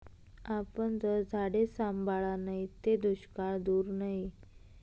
आपन जर झाडे सांभाळा नैत ते दुष्काळ दूर नै